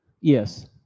Yes